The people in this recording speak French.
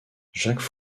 jacques